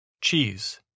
cheese